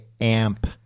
amp